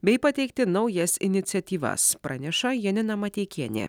bei pateikti naujas iniciatyvas praneša janina mateikienė